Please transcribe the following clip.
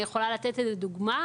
אני יכולה לתת לזה דוגמה,